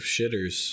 shitters